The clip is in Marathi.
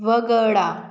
वगळा